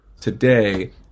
Today